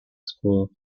school